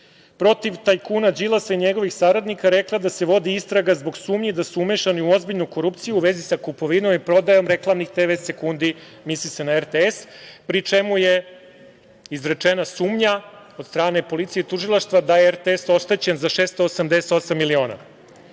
protiv tajkuna Đilasa i njegovih saradnika rekla da se vodi istraga da su umešani u ozbiljnu korupciju u vezi sa kupovinom i prodajom reklamnih tv sekundi, misli se na RTS, pri čemu je izrečena sumnja od strane policije i tužilaštva da je RTS oštećen za 688 miliona.